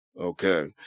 Okay